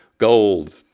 gold